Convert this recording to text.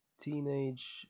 Teenage